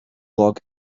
blog